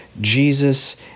Jesus